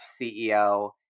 CEO